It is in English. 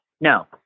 no